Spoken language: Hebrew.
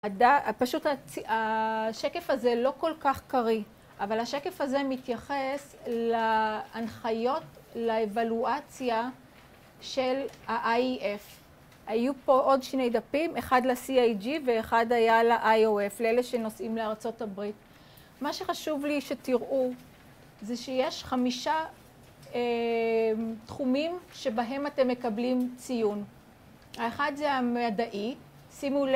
פשוט השקף הזה לא כל כך קריא אבל השקף הזה מתייחס להנחיות, לאוולואציה של האיי.אף. היו פה עוד שני דפים, אחד ל-CIG ואחד היה ל-IOF, לאלה שנוסעים לארה״ב. מה שחשוב לי שתראו זה שיש חמישה תחומים שבהם אתם מקבלים ציון. האחד זה המדעי, שימו לב..